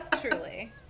Truly